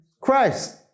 Christ